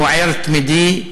הוא ער תמידי.